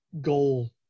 goal